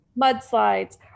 mudslides